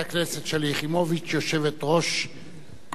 יושבת-ראש מפלגת העבודה.